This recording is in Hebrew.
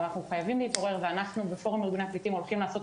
אנחנו חייבים להתעורר ואנחנו בפורום הולכים לעשות